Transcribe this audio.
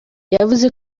yavuze